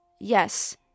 Yes